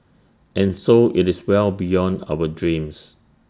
and so IT is well beyond our dreams